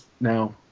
now